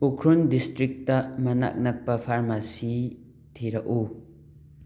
Ukhrul district ꯃꯅꯥꯛ ꯅꯛꯄ ꯐꯥꯔꯃꯥꯁꯤ ꯊꯤꯔꯛꯎ